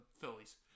Phillies